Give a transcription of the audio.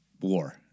war